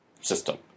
system